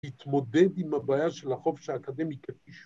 ‫להתמודד עם הבעיה ‫של החופש האקדמי כפי שהוא.